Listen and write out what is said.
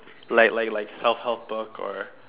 like like like self help book or